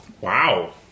Wow